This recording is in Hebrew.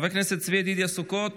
חבר הכנסת צבי ידידיה סוכות,